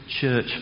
church